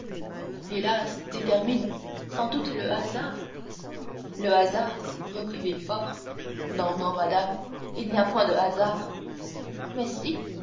dit hermine sans doute le hasard le hasard reprit villefort non non madame il n'y a point de hasard mais si